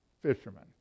fishermen